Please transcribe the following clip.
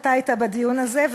אתה היית בדיון הזה,